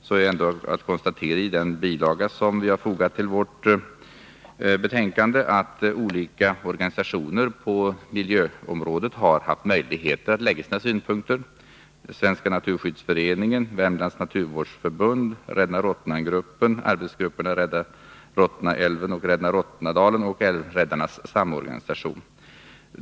Men jag vill ändå konstatera, med utgångspunkt i bilagan till betänkandet, att olika organisationer på miljöområdet har haft möjlighet att framlägga sina synpunkter, nämligen Svenska naturskyddsföreningen, Värmlands naturvårdsförbund, Rädda-Rottnan-gruppen, arbetsgrupperna Rädda-Rottnaälven och Rädda Rottnadalen och Älvräddarnas Samorganisation.